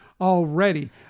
already